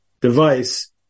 device